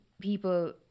people